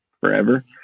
forever